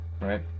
right